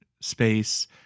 space